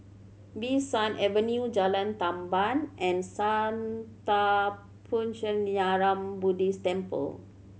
Bee San Avenue Jalan Tamban and Sattha Puchaniyaram Buddhist Temple